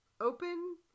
open